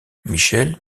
michèle